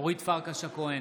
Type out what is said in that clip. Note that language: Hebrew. אורית פרקש הכהן,